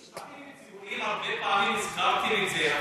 שטחים ציבוריים, הרבה פעמים הזכרתם את זה.